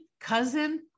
cousin